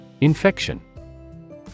Infection